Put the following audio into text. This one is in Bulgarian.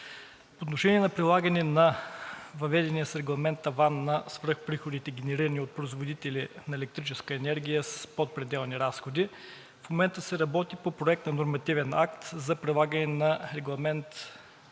отношение на прилагане на въведения с Регламент таван на свръхприходите, генерирани от производители на електрическа енергия под пределни разходи, в момента се работи по проект на нормативен акт за прилагане на Регламент